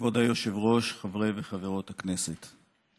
כבוד היושב-ראש, חברי וחברות הכנסת,